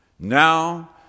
Now